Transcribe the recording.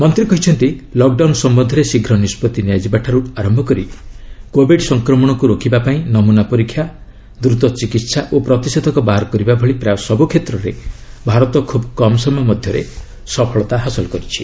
ମନ୍ତ୍ରୀ କହିଛନ୍ତି ଲକ୍ଡାଉନ୍ ସମ୍ପନ୍ଧରେ ଶୀଘ୍ର ନିଷ୍କଭି ନିଆଯିବାଠାରୁ ଆରମ୍ଭ କରି କୋବିଡ୍ ସଂକ୍ରମଣକୁ ରୋକିବା ପାଇଁ ନମୁନା ପରୀକ୍ଷା ଦ୍ରୁତ ଚିକିତ୍ସା ଓ ପ୍ରତିଷେଧକ ବାହାର କରିବା ଭଳି ପ୍ରାୟ ସବୁ କ୍ଷେତ୍ରରେ ଭାରତ ଖୁବ୍ କମ୍ ସମୟ ମଧ୍ୟରେ ସଫଳତା ହାସଲ କରିଛି